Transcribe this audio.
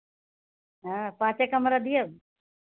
हाँ पाँचे कमरा दियब